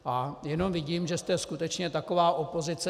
A jenom vidím, že jste skutečně taková opozice.